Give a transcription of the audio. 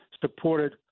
supported